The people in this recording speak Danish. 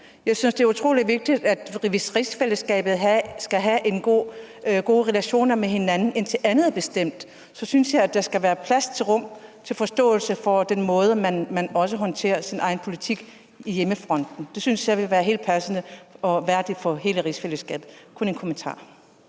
Jeg synes, det er utrolig vigtigt, hvis rigsfællesskabet skal have gode relationer med hinanden, og indtil andet er bestemt, synes jeg også, at der skal være plads og rum til forståelse for den måde, man håndterer sin egen politik på hjemmefronten på. Det synes jeg ville være helt passende og værdigt for hele rigsfællesskabet. Det var kun en kommentar.